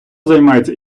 займається